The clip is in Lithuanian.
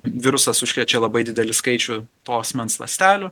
virusas užkrečia labai didelį skaičių to asmens ląstelių